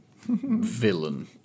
villain